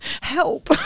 Help